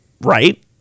right